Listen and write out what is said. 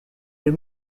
des